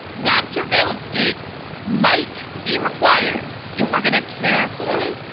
that surveillance state might be required if we're gonna carefully,